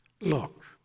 Look